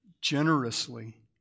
generously